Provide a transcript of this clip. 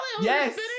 Yes